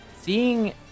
Seeing